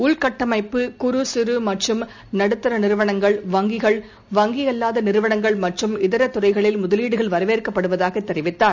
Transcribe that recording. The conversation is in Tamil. உள்கட்டமைப்பு குறு சிறுமற்றும் நடுத்தரநிறுவனங்கள் வங்கிகள் வங்கிஅல்லாதநிறுவனங்கள் மற்றம் இதரதுறைகளில் முதலீடுகள் வரவேற்கப்படுவதாகதெரிவித்தார்